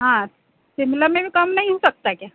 हाँ शिमला में भी कम नहीं हो सकता क्या